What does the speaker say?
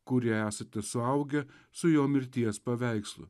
kurie esate suaugę su jo mirties paveikslu